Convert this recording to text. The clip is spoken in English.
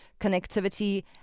connectivity